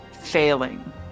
failing